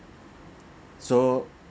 so